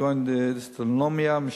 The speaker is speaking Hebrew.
כגון דיסאוטונומיה משפחתית,